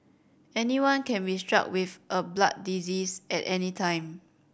anyone can be struck with a blood disease at any time